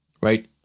right